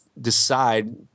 decide –